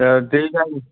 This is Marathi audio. तर तेही चालेल